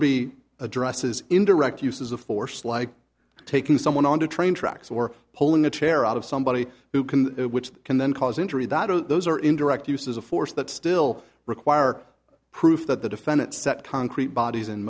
irby addresses indirect uses of force like taking someone on the train tracks or pulling the chair out of somebody who can which they can then cause injury that are those are indirect uses of force that still require proof that the defendant set concrete bodies in